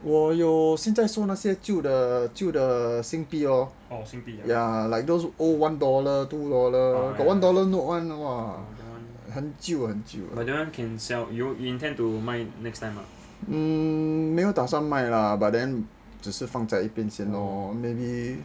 我有现在收那些旧的旧的新币 lor ya like those old one dollar two dollar got one dollar note [one] !wah! 很久很久了 hmm 没有打算卖啦 but then 只是放在一边先 lor maybe